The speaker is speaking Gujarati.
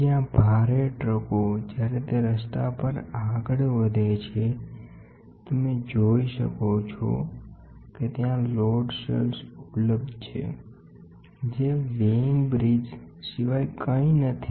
જ્યાં ભારે ટ્રકો જ્યારે તે રસ્તા પર આગળ વધે છે તમે જોઈ શકો છો કે ત્યાં લોડ સેલ્સ ઉપલબ્ધ છે જે વેઇંગ બ્રીજ્સ સિવાય કંઈ નથી